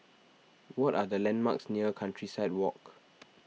what are the landmarks near Countryside Walk